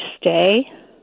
stay